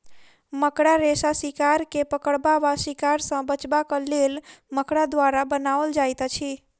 मकड़ा रेशा शिकार के पकड़बा वा शिकार सॅ बचबाक लेल मकड़ा द्वारा बनाओल जाइत अछि